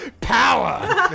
power